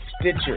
Stitcher